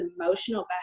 emotional